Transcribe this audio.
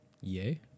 Yay